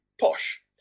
posh